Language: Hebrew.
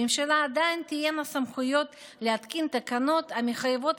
לממשלה עדיין תהיינה סמכויות להתקין תקנות המחייבות